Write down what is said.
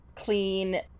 clean